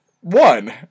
One